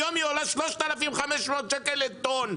היום היא עולה 3,500 שקל לטון.